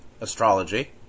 astrology